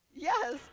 Yes